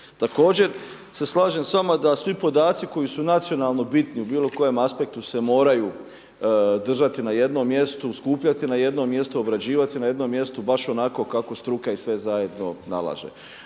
Također se slažem s vama da svi podaci koji su nacionalno bitni u bilo kojem aspektu se moraju držati na jednom mjestu, skupljati na jednom mjestu, obrađivat se na jednom mjestu baš onako kako struka i sve zajedno nalaže.